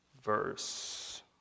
verse